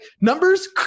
Numbers